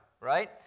Right